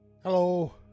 Hello